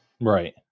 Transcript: Right